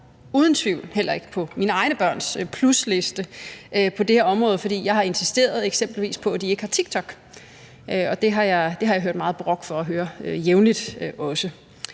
uden tvivl heller ikke på mine egne børns plusliste på det her område, for jeg har eksempelvis insisteret på, at de ikke har TikTok. Det har jeg også jævnligt fået